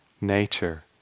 nature